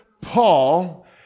Paul